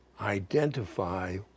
identify